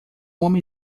homem